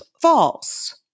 false